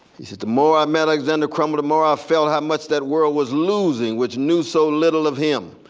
he says, the more i met alexander crummell, the more i felt how much that world was losing which knew so little of him.